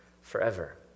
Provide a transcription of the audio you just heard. forever